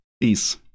peace